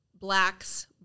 blacks